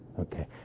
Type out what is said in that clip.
Okay